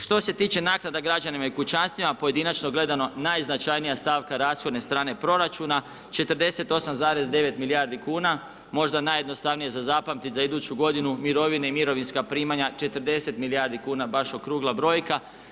Što se tiče naknada građanima i kućanstvima, pojedinačno gledano, najznačajnija stavaka rashodne strane proračuna 48,9 milijardi kn, možda najjednostavnije za zapamtiti za iduću g. mirovine i mirovinska primanja 40 milijardi kn, baš okrugla brojka.